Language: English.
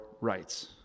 rights